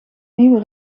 nieuwe